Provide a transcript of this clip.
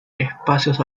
espacios